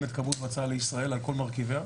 את כבאות והצלה לישראל על כל מרכיביה,